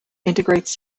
integrates